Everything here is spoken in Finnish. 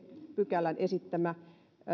pykälän esittämä